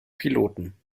piloten